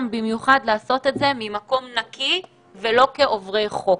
במיוחד לעשות את זה ממקום נקי ולא כעוברי חוק.